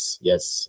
yes